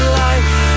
life